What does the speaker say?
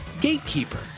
gatekeeper